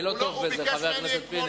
אני לא טוב בזה, חבר הכנסת פינס.